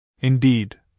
Indeed